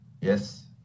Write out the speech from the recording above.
Yes